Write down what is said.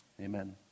Amen